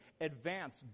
advance